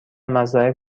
مزرعه